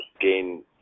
gain